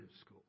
school